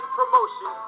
promotion